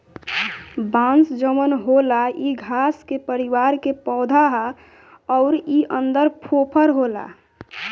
बांस जवन होला इ घास के परिवार के पौधा हा अउर इ अन्दर फोफर होला